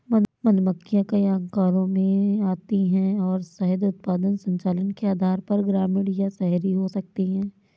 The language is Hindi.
मधुमक्खियां कई आकारों में आती हैं और शहद उत्पादन संचालन के आधार पर ग्रामीण या शहरी हो सकती हैं